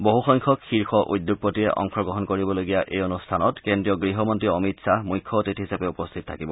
বহুসংখ্যক শীৰ্ষ উদ্যোগপতিয়ে অংশগ্ৰহণ কৰিবলগীয়া এই অনুষ্ঠানত কেন্দ্ৰীয় গৃহমন্ত্ৰী অমিত খাহ মুখ্য অতিথি হিচাপে উপস্থিত থাকিব